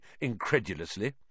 incredulously